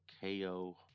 KO